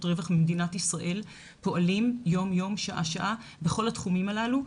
רווח במדינת ישראל פועלים יום יום ושעה שעה בכל התחומים הללו.